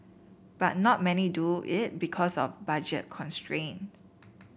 but not many do it because of budget constraints